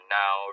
now